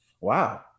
wow